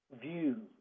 view